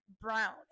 brown